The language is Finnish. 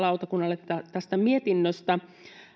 tästä mietinnöstä